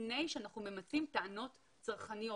לפני שאנחנו ממצים טענות צרכניות